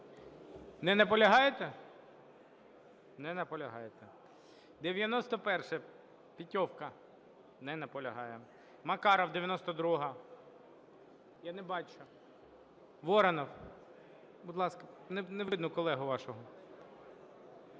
Не наполягаєте? Не наполягаєте. 91-а, Петьовка. Не наполягає. Макаров, 92-а. Я не бачу. Воронов, будь ласка. Не видно колегу вашого.